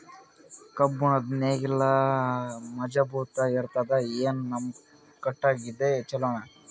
ಕಬ್ಬುಣದ್ ನೇಗಿಲ್ ಮಜಬೂತ ಇರತದಾ, ಏನ ನಮ್ಮ ಕಟಗಿದೇ ಚಲೋನಾ?